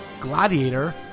Gladiator